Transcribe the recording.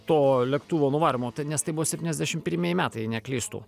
to lėktuvo nuvarymo nes tai buvo septyniasdešim pirmieji metai jei neklystu